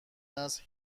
است